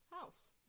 house